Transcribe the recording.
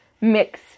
mix